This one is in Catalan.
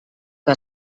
que